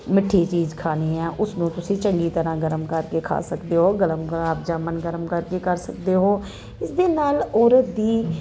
ਮਿੱਠੀ ਚੀਜ਼ ਖਾਣੀ ਆ ਉਸ ਨੂੰ ਤੁਸੀਂ ਚੰਗੀ ਤਰ੍ਹਾਂ ਗਰਮ ਕਰਕੇ ਖਾ ਸਕਦੇ ਹੋ ਗਰਮ ਗੁਲਾਬ ਜਾਮੁਣ ਗਰਮ ਕਰਕੇ ਕਰ ਸਕਦੇ ਹੋ ਇਸ ਦੇ ਨਾਲ ਔਰਤ ਦੀ